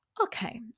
Okay